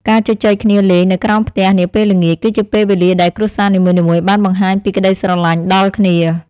ការជជែកគ្នាលេងនៅក្រោមផ្ទះនាពេលល្ងាច គឺជាពេលវេលាដែលគ្រួសារនីមួយៗបានបង្ហាញពីក្តីស្រឡាញ់ដល់គ្នា។